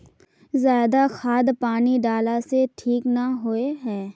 ज्यादा खाद पानी डाला से ठीक ना होए है?